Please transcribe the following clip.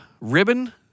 ribbon